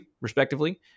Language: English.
respectively